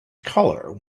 color